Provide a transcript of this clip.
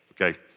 Okay